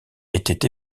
étaient